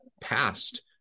past